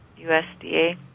USDA